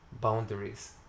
boundaries